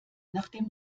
nachdem